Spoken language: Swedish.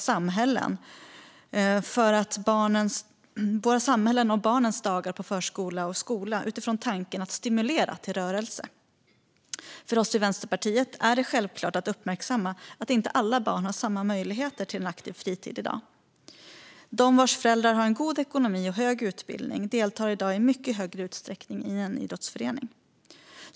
Samhällena och barnens dagar på förskola och skola behöver planeras utifrån tanken att stimulera till rörelse. För oss i Vänsterpartiet är det självklart att uppmärksamma att inte alla barn har samma möjligheter till en aktiv fritid i dag. De vars föräldrar har en god ekonomi och hög utbildning deltar i mycket högre utsträckning i idrottsföreningar.